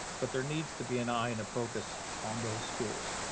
but there needs to be an eye and a focus on those schools,